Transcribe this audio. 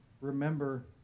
remember